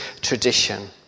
tradition